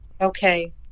okay